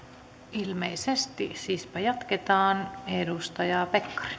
ilmeisesti siispä jatketaan